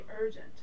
urgent